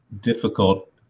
difficult